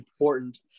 important